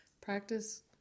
practice